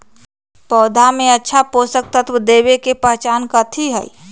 पौधा में अच्छा पोषक तत्व देवे के पहचान कथी हई?